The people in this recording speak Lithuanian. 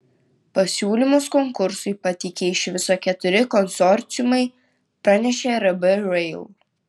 pasiūlymus konkursui pateikė iš viso keturi konsorciumai pranešė rb rail